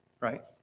right